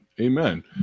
Amen